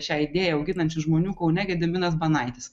šią idėją auginančių žmonių kaune gediminas banaitis